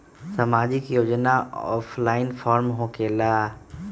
समाजिक योजना offline form होकेला?